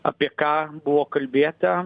apie ką buvo kalbėta